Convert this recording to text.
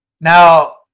Now